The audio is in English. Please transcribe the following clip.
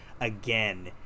Again